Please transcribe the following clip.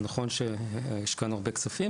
אז נכון שהשקענו בזה הרבה כספים,